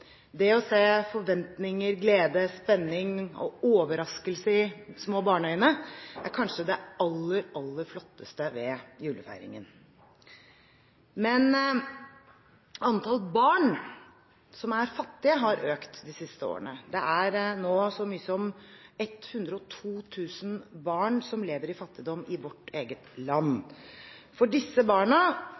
Det å se forventninger, glede, spenning og overraskelse i små barneøyne er kanskje det aller, aller flotteste ved julefeiringen. Men antall barn som er fattige, har økt de siste årene. Det er nå så mye som 102 000 barn som lever i fattigdom i vårt eget land. For disse barna